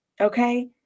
Okay